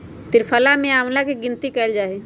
त्रिफला में आंवला के गिनती कइल जाहई